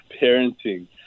parenting